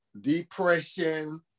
depression